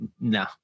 No